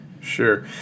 Sure